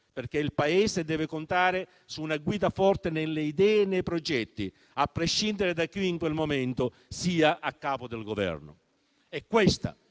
perché il Paese deve contare su una guida forte nelle idee e nei progetti, a prescindere da chi in quel momento sia a capo del Governo. È questa